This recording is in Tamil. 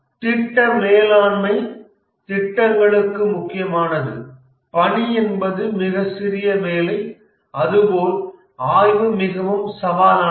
திட்ட மேலாண்மை திட்டங்களுக்கு முக்கியமானது பணி என்பது மிக சிறிய வேலை அதுபோல் ஆய்வு மிகவும் சவாலானது